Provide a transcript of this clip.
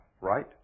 right